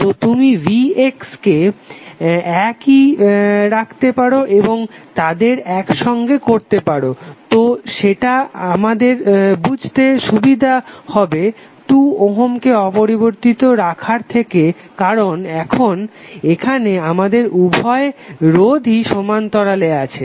তো তুমি vx কে একই রাখতে পারো এবং তাদের একসঙ্গে করতে পারো তো সেটা আমাদের বুঝতে সুবিধা হবে 2 ওহমকে অপরিবর্তিত রাখার থেকে কারণ এখন এখানে আমাদের উভয় রোধই সমান্তরালে আছে